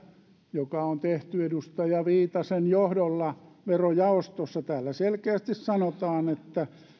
joka on tehty edustaja viitasen johdolla verojaostossa selkeästi sanotaan että